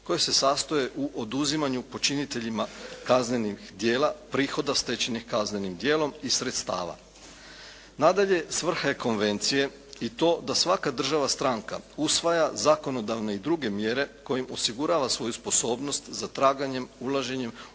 koje se sastoje u oduzimanju počiniteljima kaznenih djela prihoda stečenih kaznenim djelom i sredstava. Nadalje, svrha je konvencije i to da svaka država stranka usvaja zakonodavne i druge mjere kojim osigurava svoju sposobnost za traganjem, ulaženjem